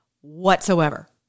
whatsoever